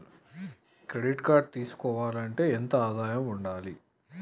Credit card తీసుకోవాలంటే ఎంత ఆదాయం ఉండాలే?